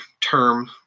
term